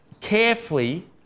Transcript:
carefully